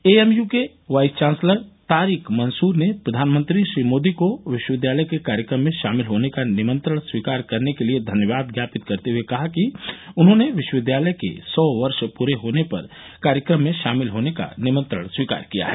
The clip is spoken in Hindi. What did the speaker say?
एएमयू के वाइस चांसलर तारिक मनसूर ने प्रधानमंत्री श्री मोदी को विश्वविद्यालय के कार्यक्रम में शामिल होने का निमंत्रण स्वीकार करने के लिए धन्यवाद ज्ञापित करते हुए कहा कि उन्होंने विश्वविद्यालय के सौ वर्ष पूरे होने पर कार्यक्रम में शामिल होने का निमंत्रण स्वीकार किया है